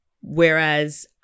whereas